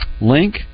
link